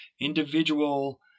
individual